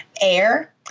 air